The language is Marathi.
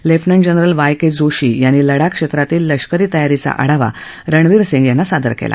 lieutenant general Y K Joshi यांनी लडाख क्षेत्रातील लष्करी तयारीचा आढावा रणबीर सिंग यांना सादर केला